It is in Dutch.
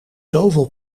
zoveel